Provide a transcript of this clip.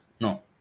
No